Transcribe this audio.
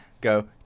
go